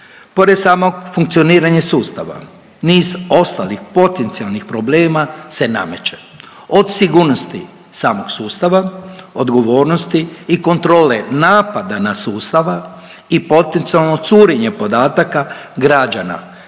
Pored samog funkcioniranja sustava niz ostalih potencijalnih problema se nameće od sigurnosti samog sustava, odgovornosti i kontrole napada na sustava i potencijalno curenje podataka građana,